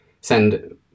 send